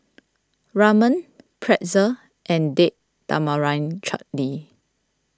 Ramen Pretzel and Date Tamarind Chutney